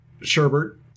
Sherbert